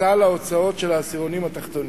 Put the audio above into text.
בסל ההוצאות של העשירונים התחתונים.